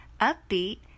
upbeat